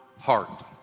heart